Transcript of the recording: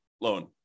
loan